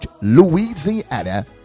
Louisiana